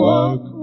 Walk